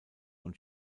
und